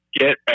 get